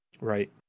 Right